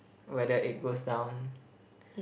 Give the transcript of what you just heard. where the egg goes down